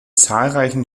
zahlreichen